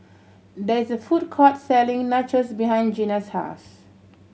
there is a food court selling Nachos behind Gena's house